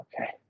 Okay